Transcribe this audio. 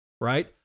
right